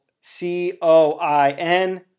C-O-I-N